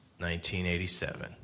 1987